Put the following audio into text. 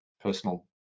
personal